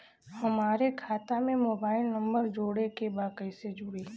हमारे खाता मे मोबाइल नम्बर जोड़े के बा कैसे जुड़ी?